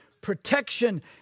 protection